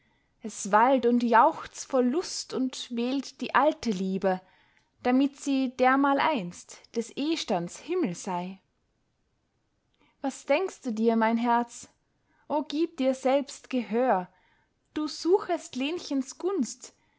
es wallt und jauchzt vor lust und wählt die alte liebe damit sie dermaleinst des ehstands himmel sei was denkst du dir mein herz o gib dir selbst gehör du suchest lenchens gunst